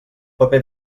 paper